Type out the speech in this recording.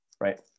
Right